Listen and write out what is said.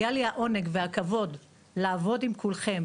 היה לי העונג והכבוד לעבוד עם כולכם,